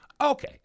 Okay